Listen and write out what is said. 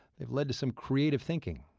they've led to some creative thinking